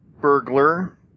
burglar